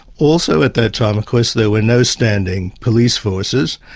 also at that time, of course, there were no standing police forces,